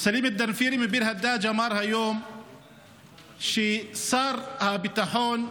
סלים דנפירי מביר הדאג' אמר היום ששר הביטחון,